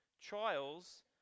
trials